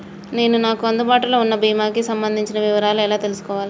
నేను నాకు అందుబాటులో ఉన్న బీమా కి సంబంధించిన వివరాలు ఎలా తెలుసుకోవాలి?